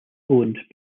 owned